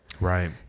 Right